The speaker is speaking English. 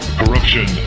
corruption